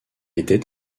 était